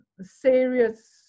serious